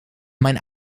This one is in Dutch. mijn